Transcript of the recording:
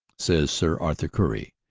says sir arthur currie,